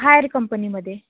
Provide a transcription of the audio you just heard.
higher कंपनीमध्ये